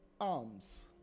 alms